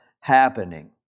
happening